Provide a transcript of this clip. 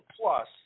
Plus